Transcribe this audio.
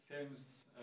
famous